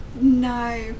No